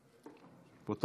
הצעות לסדר-היום מס' 2381,